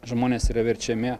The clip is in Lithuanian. žmonės yra verčiami